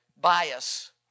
bias